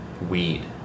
weed